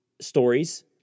stories